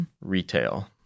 retail